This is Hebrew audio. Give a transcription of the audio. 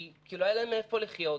כי לא היה להם מאיפה לחיות.